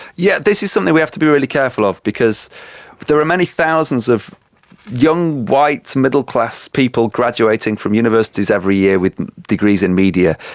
yes, this is something we have to be really careful of because there are many thousands of young white middle-class people graduating from universities every year with degrees in media.